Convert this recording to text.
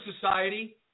society